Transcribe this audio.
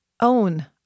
own